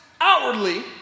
outwardly